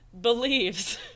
believes